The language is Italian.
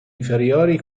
inferiori